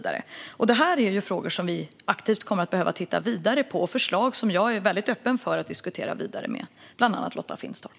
Detta är frågor som vi kommer att behöva aktivt titta vidare på, och det är förslag jag är väldigt öppen för att diskutera vidare - bland annat med Lotta Finstorp.